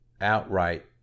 outright